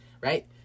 Right